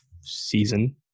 season